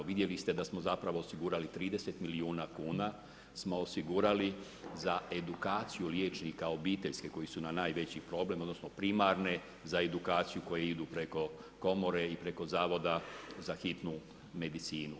Vidjeli ste da smo zapravo osigurali 30 milijuna kuna smo osigurali za edukaciju liječnika obiteljske koji su nam najveći problem, odnosno primarne za edukaciju koje idu preko komore i preko zavoda za hitnu medicinu.